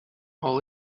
all